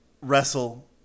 Wrestle